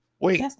wait